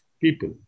people